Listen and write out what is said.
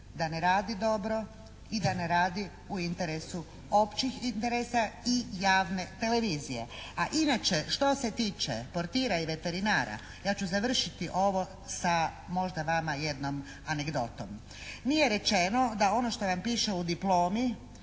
da ne radi dobro i da ne radi u interesu općih interesa i javne televizije. A inače što se tiče portira i veterinara, ja ću završiti ovo sa možda vama jednom anegdotom. Nije rečeno da ono što vam piše u diplomi